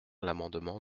l’amendement